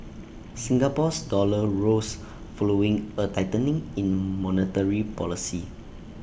Singapore's dollar rose following A tightening in monetary policy